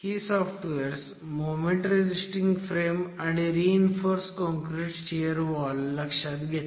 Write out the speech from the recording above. ही softwares moment resisting frame आणि reinforce concrete shear wall लक्षात घेतात